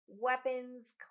weapons